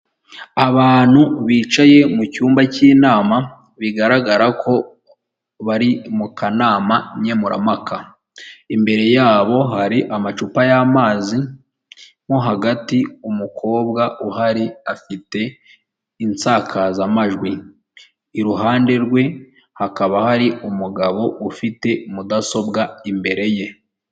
Abantu bicaye mu cyumba cy'inama bigaragara ko bari mu kanama nkemurampaka, imbere yabo hari amacupa y'amazi, mohagati umukobwa uhari afite insakazamajwi, iruhande rwe hakaba hari umugabo ufite mudasobwa imbere ye.